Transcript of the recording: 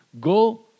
go